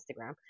Instagram